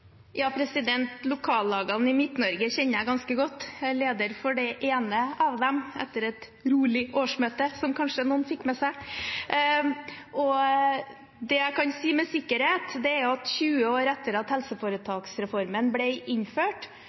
i Midt-Norge kjenner jeg ganske godt. Jeg er leder for det ene av dem etter et rolig årsmøte, som noen kanskje fikk med seg. Det jeg kan si med sikkerhet, er at 20 år etter at helseforetaksreformen ble innført,